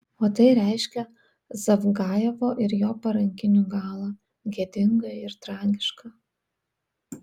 o tai reiškia zavgajevo ir jo parankinių galą gėdingą ir tragišką